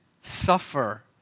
suffer